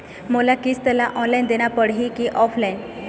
मोला किस्त ला ऑनलाइन देना पड़ही की ऑफलाइन?